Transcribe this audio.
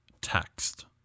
text